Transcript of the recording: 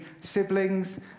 siblings